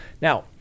Now